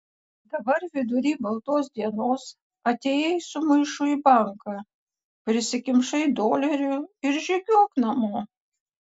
dabar vidury baltos dienos atėjai su maišu į banką prisikimšai dolerių ir žygiuok namo